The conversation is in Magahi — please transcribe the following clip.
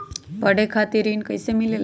पढे खातीर ऋण कईसे मिले ला?